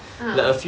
uh